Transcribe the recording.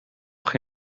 chi